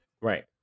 right